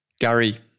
Gary